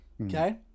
Okay